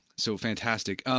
so, fantastic.